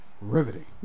Riveting